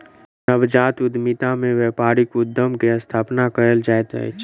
नवजात उद्यमिता में व्यापारिक उद्यम के स्थापना कयल जाइत अछि